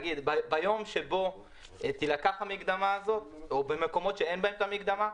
ביום שבו תילקח המקדמה הזו או במקומות שאין בהם את המקדמה,